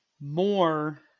more